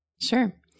Sure